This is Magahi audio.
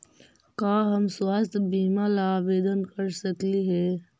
का हम स्वास्थ्य बीमा ला आवेदन कर सकली हे?